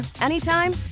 anytime